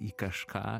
į kažką